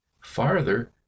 farther